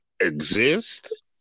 exist